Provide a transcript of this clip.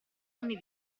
anni